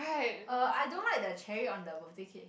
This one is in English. uh I don't like the cherry on the birthday cake